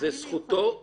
האם זו זכותו?